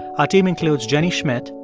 our team includes jenny schmidt,